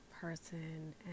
person